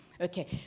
Okay